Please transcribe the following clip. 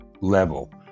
level